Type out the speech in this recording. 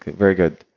very good.